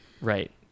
Right